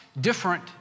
different